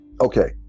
Okay